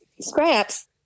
scraps